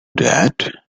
that